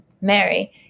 Mary